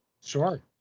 Sure